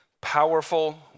powerful